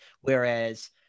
Whereas